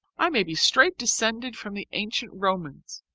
i may be straight descended from the ancient romans,